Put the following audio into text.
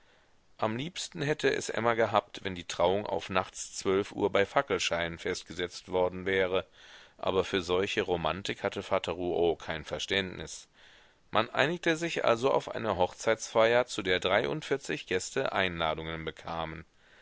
am liebsten hätte es emma gehabt wenn die trauung auf nachts zwölf uhr bei fackelschein festgesetzt worden wäre aber für solche romantik hatte vater rouault kein verständnis man einigte sich also auf eine hochzeitsfeier zu der dreiundvierzig gäste einladungen bekamen